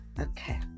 Okay